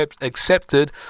accepted